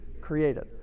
created